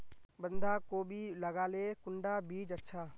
बंधाकोबी लगाले कुंडा बीज अच्छा?